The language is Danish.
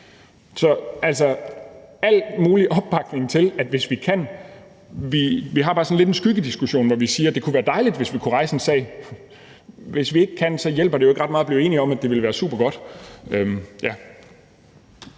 Så der er al mulig opbakning til det, hvis vi kan, men vi har bare lidt en skyggediskussion, hvor vi siger, at det kunne være dejligt, hvis vi kunne rejse en sag. Hvis vi ikke kan, hjælper det jo ikke ret meget at blive enige om, at det ville være supergodt.